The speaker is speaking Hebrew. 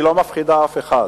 היא לא מפחידה אף אחד.